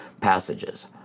passages